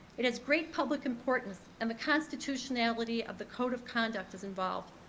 it has great public importance, and the constitutionality of the code of conduct is involved.